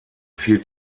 vier